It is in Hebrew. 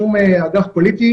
אגף פוליטי,